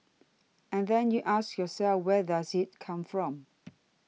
and then you ask yourself whether does it come from